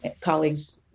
colleagues